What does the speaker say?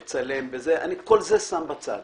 לצלם, את כל זה אני שם בצד.